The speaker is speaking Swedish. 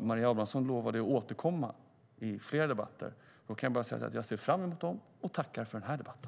Maria Abrahamsson lovade att återkomma i fler debatter. Då kan jag bara säga att jag ser fram emot dem och tackar för den här debatten.